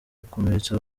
akomeretsa